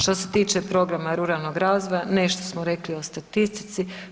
Što se tiče programa ruralnog razvoja nešto smo rekli o statistici.